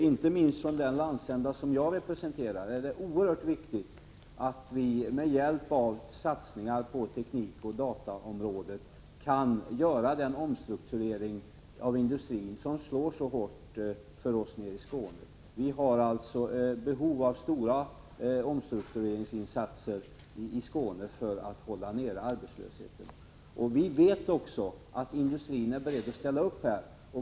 Inte minst för den landsända som jag representerar är det oerhört viktigt att man med hjälp av satsningar på teknikoch dataområdet kan göra en omstrukturering av den industri som betyder så mycket för oss nere i Skåne. Vi har behov av stora omstruktureringsinsatser i Skåne för att arbetslösheten skall hållas på en låg nivå. Vi vet också att industrin är beredd att ställa upp.